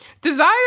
Desire